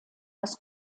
das